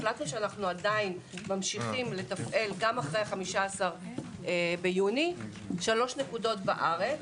החלטנו שאנו גם אחרי 15 ביוני שלוש נקודות בארץ,